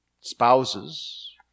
Spouses